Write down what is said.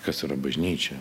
kas yra bažnyčia